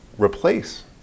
replace